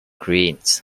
currents